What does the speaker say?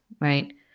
right